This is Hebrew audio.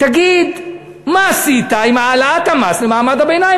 תגיד מה עשית עם העלאת המס למעמד הביניים?